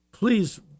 Please